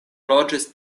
loĝis